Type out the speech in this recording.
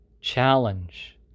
challenge